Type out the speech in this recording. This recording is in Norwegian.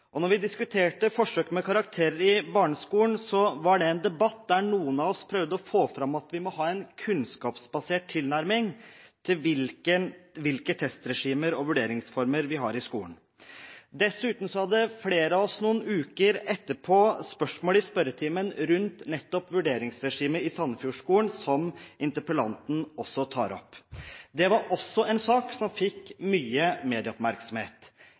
og andre saker som omhandler vurdering. Da vi diskuterte forsøk med karakterer i barneskolen, var det en debatt der noen av oss prøvde å få fram at vi må ha en kunnskapsbasert tilnærming til hvilke testregimer og vurderingsformer vi har i skolen. Dessuten hadde flere av oss noen uker etterpå spørsmål i spørretimen rundt nettopp vurderingsregimet i Sandefjordskolen, som interpellanten også tar opp. Det var også en sak som fikk mye medieoppmerksomhet